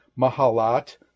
Mahalat